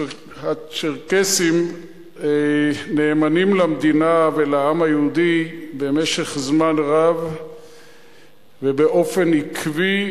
הצ'רקסים נאמנים למדינה ולעם היהודי במשך זמן רב ובאופן עקבי וברור,